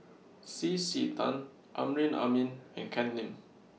C C Tan Amrin Amin and Ken Lim